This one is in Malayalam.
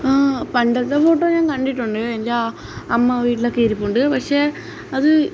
ആ പണ്ടത്തെ ഫോട്ടോ ഞാന് കണ്ടിട്ടുണ്ട് എൻ്റെ അമ്മവീട്ടിലൊക്കെ ഇരിപ്പുണ്ട് പക്ഷെ അത്